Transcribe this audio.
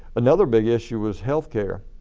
another big issue was healthcare.